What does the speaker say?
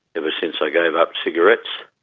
ever since i gave up cigarettes.